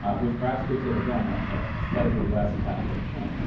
ah which perhaps gives it again a ah slightly less catholic tint.